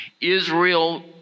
Israel